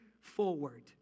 forward